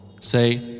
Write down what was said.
Say